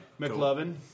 McLovin